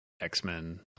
X-Men